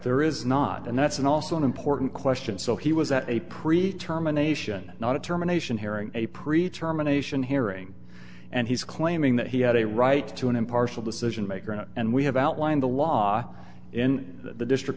there is not and that's an also an important question so he was at a pre term a nation not a terminations haring a pre term a nation herring and he's claiming that he had a right to an impartial decision maker and we have outlined the law in the district